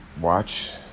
watch